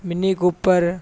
mini cooper